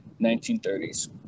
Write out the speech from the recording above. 1930s